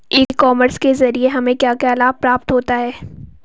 ई commerce के ज़रिए हमें क्या क्या लाभ प्राप्त होता है?